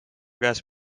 käest